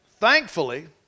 thankfully